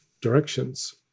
directions